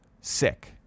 sick